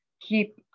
keep